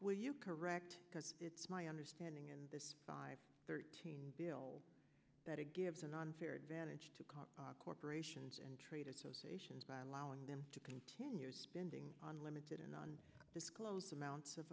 will you correct because it's my understanding in this five thirteen bill that it gives an unfair advantage to corporations and trade associations by allowing them to continue spending on limited and on disclose amounts of